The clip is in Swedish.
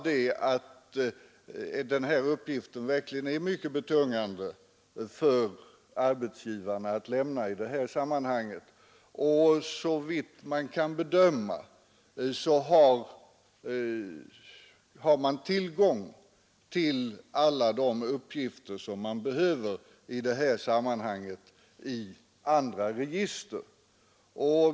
Det är emellertid mycket betungande för arbetsgivarna att lämna den uppgiften, och såvitt jag kan bedöma finns alla de uppgifter som behövs i det här sammanhanget i andra register.